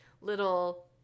little